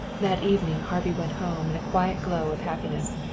that evening harvey went home in a quiet glow of happiness.